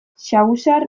saguzar